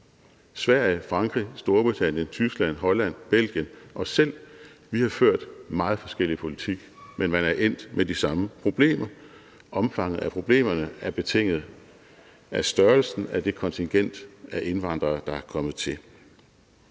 Sverige, Frankrig, Storbritannien, Tyskland, Holland, Belgien og vi selv har ført en meget forskellig politik, men man er endt med de samme problemer. Omfanget af problemerne er betinget af størrelsen af det kontingent af indvandrere, der er kommet til.